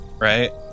right